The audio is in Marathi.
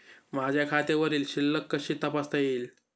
माझ्या खात्यावरील शिल्लक कशी तपासता येईल?